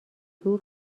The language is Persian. بگو